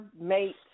mate